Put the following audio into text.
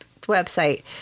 website